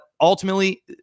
ultimately